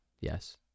yes